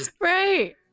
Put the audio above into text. Right